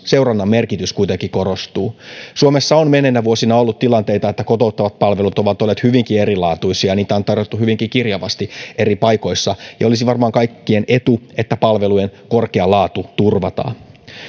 seurannan merkitys kuitenkin korostuu suomessa on menneinä vuosina ollut tilanteita että kotouttavat palvelut ovat olleet hyvinkin erilaatuisia ja niitä on tarjottu hyvinkin kirjavasti eri paikoissa ja olisi varmaan kaikkien etu että palvelujen korkea laatu turvataan